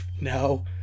no